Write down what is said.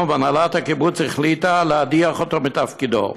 והנהלת הקיבוץ החליטה להדיח אותו מתפקידו.